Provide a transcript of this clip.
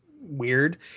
weird